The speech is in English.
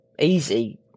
easy